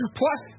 plus